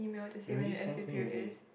they already sent me already